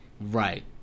right